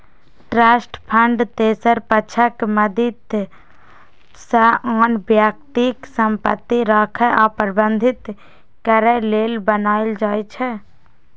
trust fund तेसर पक्षक मदति सं आन व्यक्तिक संपत्ति राखै आ प्रबंधित करै लेल बनाएल जाइ छै